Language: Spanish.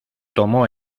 tomó